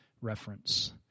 reference